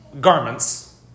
garments